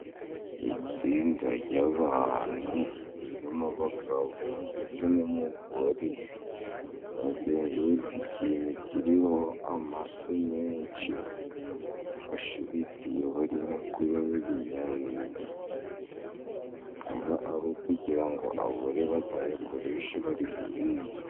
Itsinda ry'abantu ririmo abagabo ndetse n'umugori bazengurutse ikintu kiriho amase menshi, bafashe ibitiyo barimo kuyajugunya hejuru akaba ari ukugira ngo abore bazayakoreshe bari guhinga.